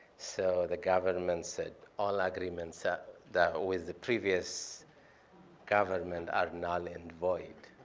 so the government said, all agreements ah that were with the previous government are null and void.